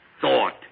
Thought